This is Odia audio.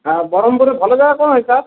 ଆଉ ବରମ୍ପୁର୍ ଭଲ ଜାଗା କ'ଣ ଅଛି ସାର୍